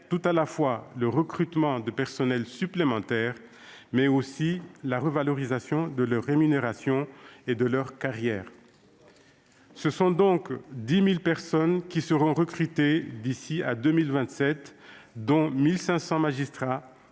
tout à la fois le recrutement de personnels supplémentaires et la revalorisation des rémunérations et des carrières. Ce sont donc 10 000 personnes qui seront recrutées d'ici à 2027, dont 1 500 magistrats